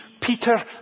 Peter